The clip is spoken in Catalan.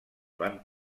van